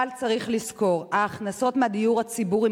אבל צריך לזכור: ההכנסות מהדיור הציבורי